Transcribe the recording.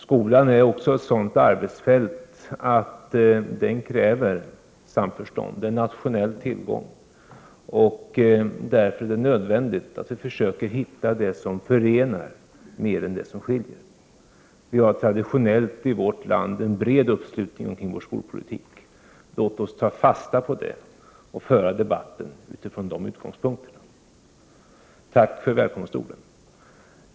Skolan utgör också ett sådant arbetsfält som kräver samförstånd. Den är en nationell tillgång. Det är därför nödvändigt att vi försöker hitta det som förenar, mer än det som skiljer. I vårt land har vi traditionellt en bred uppslutning kring vår skolpolitik. Låt oss ta fasta på detta och föra debatten utifrån den utgångspunkten. Tack för välkomstorden!